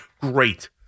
Great